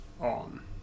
on